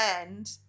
end